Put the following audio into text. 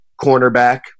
cornerback